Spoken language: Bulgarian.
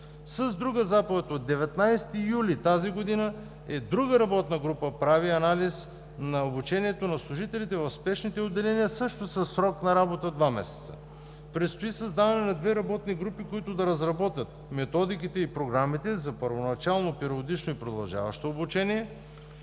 С друга заповед от 19 юли тази година и друга работна група прави анализ на обучението на служителите в спешните отделения също със срок на работа два месеца. Предстои създаване на две работни групи, които да разработят методиките и програмите за първоначално, периодично и продължаващо обучение,